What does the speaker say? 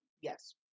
Yes